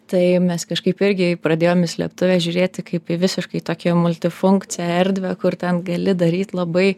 tai mes kažkaip irgi pradėjom į slėptuvę žiūrėti kaip į visiškai tokią multifunkcę erdvę kur ten gali daryti labai